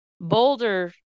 Boulder